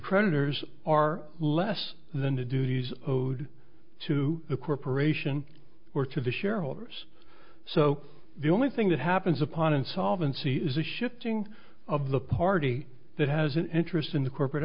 creditors are less than the duties odes to the corporation or to the shareholders so the only thing that happens upon insolvency is a shifting of the party that has an interest in the corporate